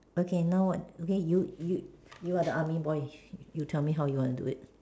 okay now what okay you you you're the army boy you tell me how you wanna do it